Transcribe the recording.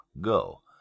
go